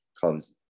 Comes